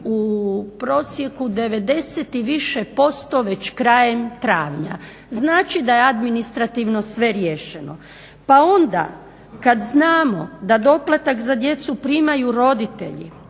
u prosjeku 90 i više posto već krajem travnja. Znači da je administrativno sve riješeno. Pa onda kad znamo da doplatak za djecu primaju roditelji